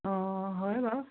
অঁ হয় বাৰু